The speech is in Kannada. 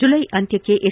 ಜುಲೈ ಅಂತ್ಯಕ್ಕೆ ಎಸ್